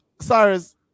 Cyrus